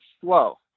slow